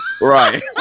Right